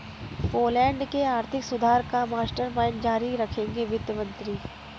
Poland के आर्थिक सुधार का मास्टरमाइंड जारी रखेंगे वित्त मंत्री